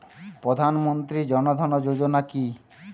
প্রধান মন্ত্রী জন ধন যোজনা কি?